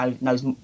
knows